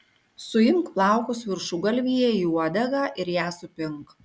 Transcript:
suimk plaukus viršugalvyje į uodegą ir ją supink